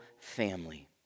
family